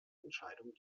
entscheidung